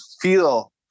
feel